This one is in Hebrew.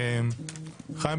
חיים,